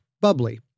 bubbly